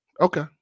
Okay